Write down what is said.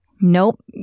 Nope